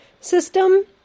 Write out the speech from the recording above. system